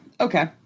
Okay